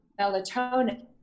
melatonin